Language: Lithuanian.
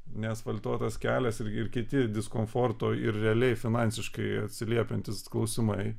neasfaltuotas kelias ir ir kiti diskomforto ir realiai finansiškai atsiliepiantys klausimai